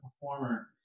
performer